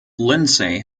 lindsay